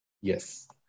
Yes